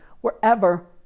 wherever